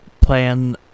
playing